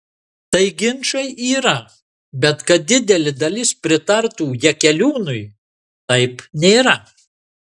tai ginčai yra bet kad didelė dalis pritartų jakeliūnui taip nėra